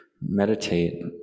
meditate